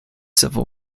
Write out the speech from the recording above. civil